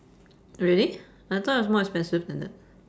really I thought it was more expensive than that